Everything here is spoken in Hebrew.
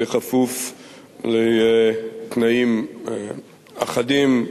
בכפוף לתנאים אחדים,